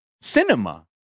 cinema